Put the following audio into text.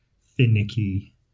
finicky